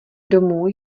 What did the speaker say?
domů